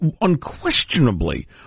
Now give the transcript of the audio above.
unquestionably